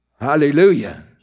Hallelujah